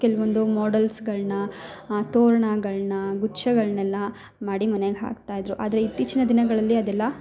ಕೆಲವೊಂದು ಮಾಡೆಲ್ಸ್ಗಳನ್ನ ತೋರಣಗಳನ್ನ ಗುಚ್ಛಗಳ್ನೆಲ್ಲ ಮಾಡಿ ಮನೆಗೆ ಹಾಕ್ತಾ ಇದ್ದರು ಆದರೆ ಇತ್ತೀಚಿನ ದಿನಗಳಲ್ಲಿ ಅದೆಲ್ಲ